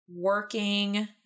working